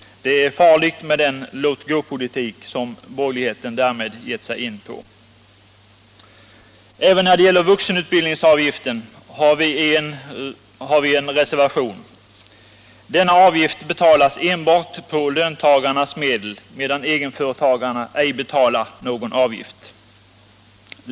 Det är farligt med den låt-gå-politik som borgerligheten därmed ger sig in på. Även när det gäller vuxenutbildningsavgiften har vi en reservation. Denna avgift betalas enbart på löntagarnas medel, medan egenföretagarna ej betalar någon avgift.